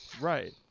right